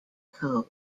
code